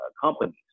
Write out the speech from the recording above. companies